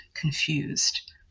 confused